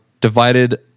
divided